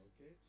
Okay